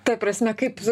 ta prasme kaip